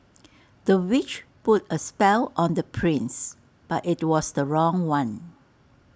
the witch put A spell on the prince but IT was the wrong one